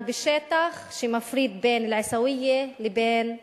בשטח שמפריד בין אל-עיסאוויה לבין א-טור.